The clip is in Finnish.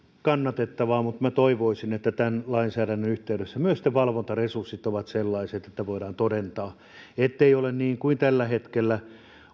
kannatettavaa mutta minä toivoisin että tämän lainsäädännön yhteydessä myös ne valvontaresurssit olisivat sellaiset että voidaan todentaa ettei ole niin kuin tällä hetkellä